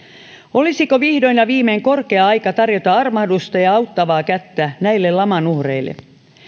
olisiko vihdoin ja viimein korkea aika tarjota armahdusta ja auttavaa kättä näille laman uhreille